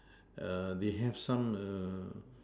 err they have some err